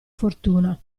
fortuna